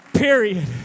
Period